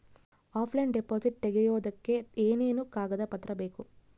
Offline deposit ತೆಗಿಯೋದಕ್ಕೆ ಏನೇನು ಕಾಗದ ಪತ್ರ ಬೇಕು?